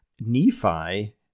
Nephi